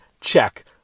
check